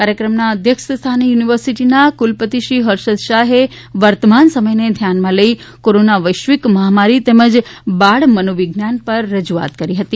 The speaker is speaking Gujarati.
કાર્યક્રમના અધ્યક્ષ સ્થઆને યુનિવર્સીટીના ક્રલપતિશ્રી હર્ષદ શાહે વર્તમાન સમયને ધ્યાનમાં લઈને કોરોના વૈશ્વિક મહામારી તેમજ બાળ મનોવિજ્ઞાન પર રજૂઆત કરી હતી